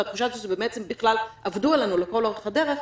והתחושה שבעצם "עבדו" עלינו לכל אורך הדרך,